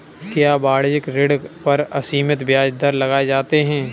क्या वाणिज्यिक ऋण पर असीमित ब्याज दर लगाए जाते हैं?